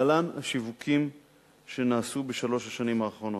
להלן השיווקים שנעשו בשלוש השנים האחרונות: